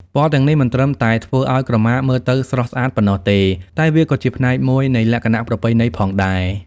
ពណ៌ទាំងនេះមិនត្រឹមតែធ្វើឱ្យក្រមាមើលទៅស្រស់ស្អាតប៉ុណ្ណោះទេ តែវាក៏ជាផ្នែកមួយនៃលក្ខណៈប្រពៃណីផងដែរ។